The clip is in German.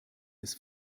des